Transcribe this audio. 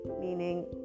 meaning